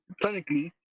technically